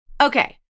Okay